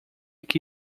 que